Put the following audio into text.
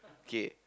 okay